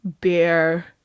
beer